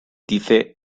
dice